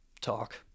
talk